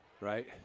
Right